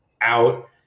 out